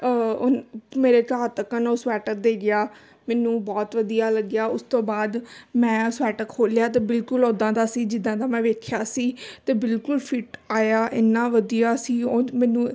ਉਹਨ ਮੇਰੇ ਘਰ ਤੱਕ ਉਹ ਸਵੈਟਰ ਦੇ ਗਿਆ ਮੈਨੂੰ ਬਹੁਤ ਵਧੀਆ ਲੱਗਿਆ ਉਸ ਤੋਂ ਬਾਅਦ ਮੈਂ ਸਵੈਟਰ ਖੋਲ੍ਹਿਆ ਤਾਂ ਬਿਲਕੁਲ ਉਦਾਂ ਦਾ ਸੀ ਜਿੱਦਾਂ ਦਾ ਮੈਂ ਵੇਖਿਆ ਸੀ ਅਤੇ ਬਿਲਕੁਲ ਫਿਟ ਆਇਆ ਇੰਨਾ ਵਧੀਆ ਸੀ ਉਹ ਮੈਨੂੰ